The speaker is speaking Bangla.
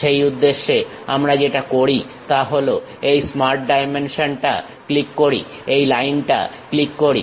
সেই উদ্দেশ্যে আমরা যেটা করি তা হলো এই স্মার্ট ডাইমেনশনটা ক্লিক করি এই লাইনটা ক্লিক করি